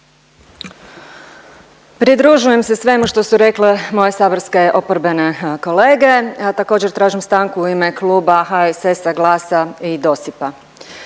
Pridružujem se svemu što su rekle moje saborske oporbene kolege. Također tražim stanku u ime Kluba HSS-a, GLAS-a i DOSIP-a.